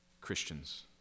Christians